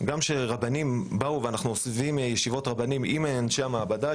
גם כשהרבנים באו אנחנו עושים ישיבות רבנים עם אנשי המעבדה,